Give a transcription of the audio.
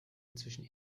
inzwischen